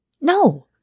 No